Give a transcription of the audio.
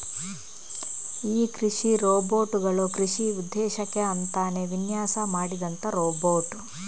ಈ ಕೃಷಿ ರೋಬೋಟ್ ಗಳು ಕೃಷಿ ಉದ್ದೇಶಕ್ಕೆ ಅಂತಾನೇ ವಿನ್ಯಾಸ ಮಾಡಿದಂತ ರೋಬೋಟ್